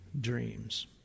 dreams